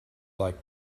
like